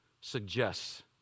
suggests